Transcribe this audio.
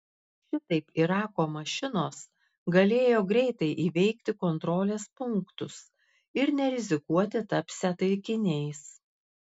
šitaip irako mašinos galėjo greitai įveikti kontrolės punktus ir nerizikuoti tapsią taikiniais